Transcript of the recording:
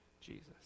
Jesus